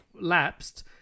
lapsed